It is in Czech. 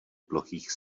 plochých